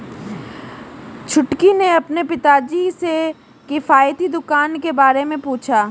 छुटकी ने अपने पिताजी से किफायती दुकान के बारे में पूछा